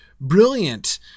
brilliant